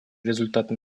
результатом